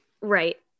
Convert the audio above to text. Right